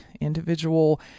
individual